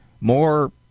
more